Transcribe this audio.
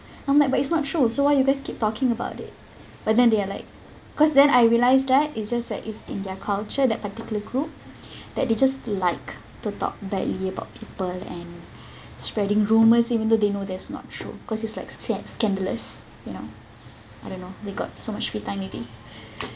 I'm like but it's not true so why you guys keep talking about it but then they are like because then I realized that it's just that it's in their culture that particular group that they just like to talk badly about people and spreading rumours even though they know that it's not true because sc~ scandalous you know I don't know they got so much free time maybe